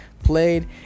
Played